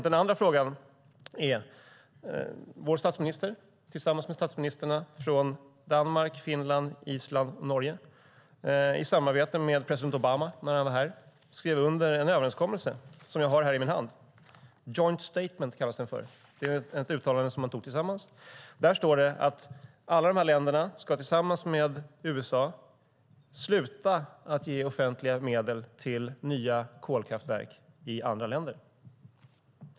Den andra frågan handlar om att vår statsminister tillsammans med statsministrarna från Danmark, Finland, Island och Norge, samt i samarbete med president Obama när han var här, skrev under en överenskommelse. Jag har den här i min hand - det kallas ett joint statement, alltså ett uttalande man gör tillsammans. Det står att alla de här länderna tillsammans med USA ska sluta ge offentliga medel till nya kolkraftverk i andra länder.